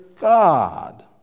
God